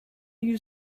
you